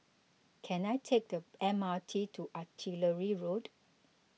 can I take the M R T to Artillery Road